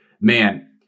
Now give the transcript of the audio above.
man